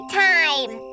time